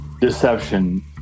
deception